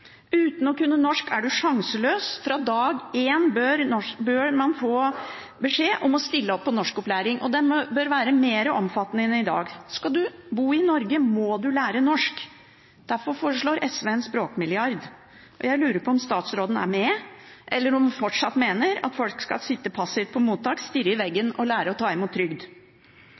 Uten å kunne norsk er du sjanseløs. Fra dag én bør man få beskjed om å stille opp på norskopplæring, og den bør være mer omfattende enn i dag. Skal du bo i Norge, må du lære norsk. Derfor foreslår SV en språkmilliard. Jeg lurer på om statsråden er med, eller om hun fortsatt mener at folk skal sitte passivt på mottak, stirre i veggen og lære å ta imot trygd.